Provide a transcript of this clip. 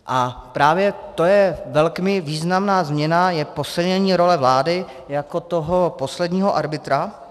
A právě to je velmi významná změna posílení role vlády jako toho posledního arbitra.